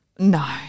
no